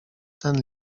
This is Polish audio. ten